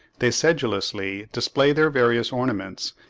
they sedulously display their various ornaments,